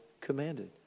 commanded